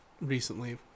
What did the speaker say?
recently